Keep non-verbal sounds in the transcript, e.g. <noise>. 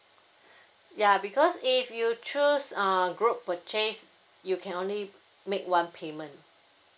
<breath> ya because if you choose uh group purchase you can only make one payment